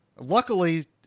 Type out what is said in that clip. luckily